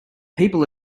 people